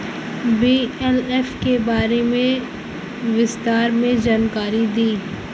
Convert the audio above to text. BLF के बारे में विस्तार से जानकारी दी?